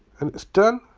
and it's done.